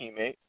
teammate